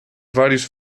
vários